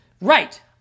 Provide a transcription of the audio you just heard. Right